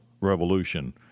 revolution